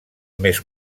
més